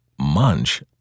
munch